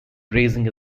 raising